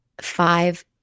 five